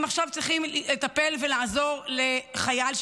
הם צריכים עכשיו לטפל ולעזור לחייל,